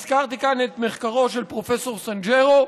הזכרתי כאן את מחקרו של פרופסור סנג'רו,